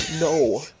no